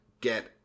get